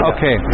Okay